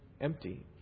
empty